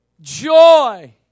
joy